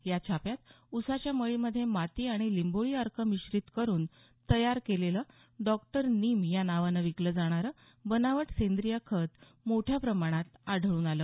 या छाप्यात उसाच्या मळीमध्ये माती आणि लिंबोळी अर्क मिश्रीत करून तयार केलेलं डॉक्टर नीम या नावानं विकलं जाणारं बनावट सेंद्रिय खत मोठ्या प्रमाणात आढळून आलं